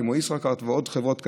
כמו ישראכרט ועוד חברות כאלה,